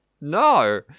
No